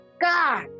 God